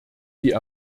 die